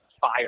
fire